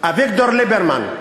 אביגדור ליברמן,